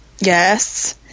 Yes